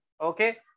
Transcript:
Okay